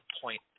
point